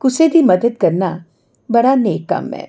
कुसै दी मदद करना बड़ा नेक कम्म ऐ